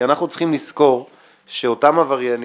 אנחנו צריכים לזכור שאותם עבריינים,